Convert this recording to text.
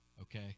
Okay